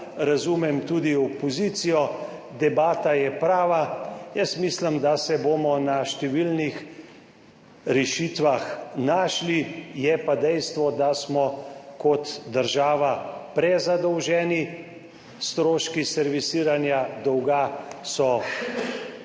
razumem tudi opozicijo, debata je prava. Jaz mislim, da se bomo na številnih rešitvah našli, je pa dejstvo, da smo kot država prezadolženi, stroški servisiranja dolga so